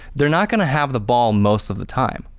they're not going to have the ball most of the time.